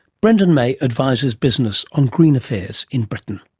brendan may advises business on green affairs in britain.